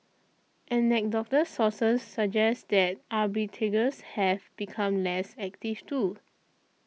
anecdotal sources suggest that arbitrageurs have become less active too